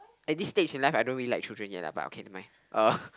at this stage in life I don't really like children yet lah but okay never mind uh